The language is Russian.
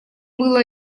было